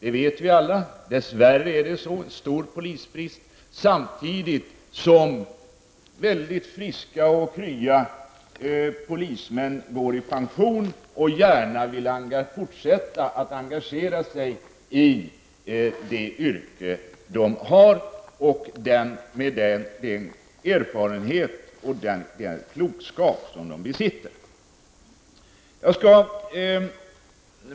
Vi vet alla att det är en stor polisbrist, samtidigt som friska och krya polismän går i pension och gärna vill fortsätta att engagera sig i det yrke de har och med den erfarenhet och den klokskap som de besitter.